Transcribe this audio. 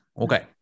Okay